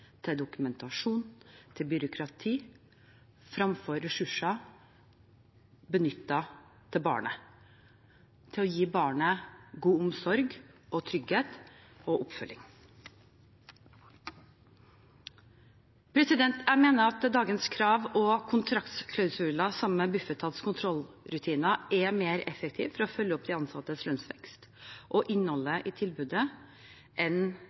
til dokumentasjon og til byråkrati, fremfor at ressursene benyttes til å gi barnet god omsorg, trygghet og oppfølging. Jeg mener at dagens krav og kontraktklausuler sammen med Bufetats kontrollrutiner er mer effektivt for å følge opp de ansattes lønnsvekst og innholdet i tilbudet enn